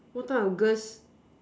what type of girls